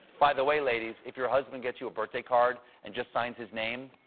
by the way, ladies, if your husband gets you a birthday card and just signs his name,